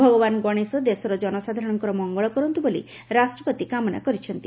ଭଗବାନ ଗଣେଶ ଦେଶର ଜନସାଧାରଣଙ୍କର ମଙ୍ଗଳ କରନ୍ତୁ ବୋଲି ରାଷ୍ଟ୍ରପତି କାମନା କରିଛନ୍ତି